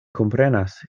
komprenas